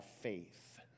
faith